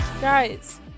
Guys